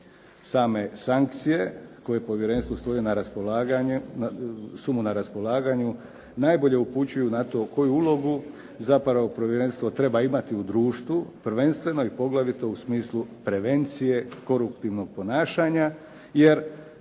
Same sankcije koje su povjerenstvu na raspolaganju najbolje upućuju na to koju ulogu zapravo povjerenstvo treba imati u društvu, prvenstveno i poglavito u smislu prevencije koruptivnog ponašanja jer